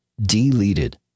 deleted